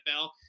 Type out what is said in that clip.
nfl